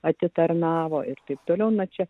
atitarnavo ir taip toliau na čia